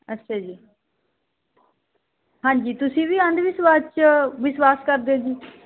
ਅੱਛਾ ਜੀ ਹਾਂਜੀ ਤੁਸੀਂ ਵੀ ਅੰਧ ਵਿਸ਼ਵਾਸ 'ਚ ਵਿਸ਼ਵਾਸ ਕਰਦੇ ਹੋ ਜੀ